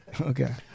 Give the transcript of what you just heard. Okay